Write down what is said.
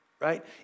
right